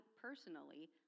personally